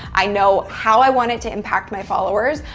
i know how i want it to impact my followers.